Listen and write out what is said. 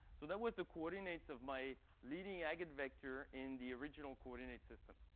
so that was the coordinates of my leading eigenvector in the original coordinate system.